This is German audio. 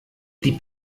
die